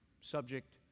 subject